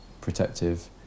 protective